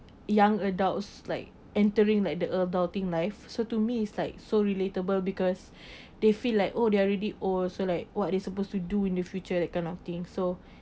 young adults like entering like the adulting life so to me is like so relatable because they feel like oh they're already old so like what are they supposed to do in the future that kind of thing so